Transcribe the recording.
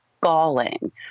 galling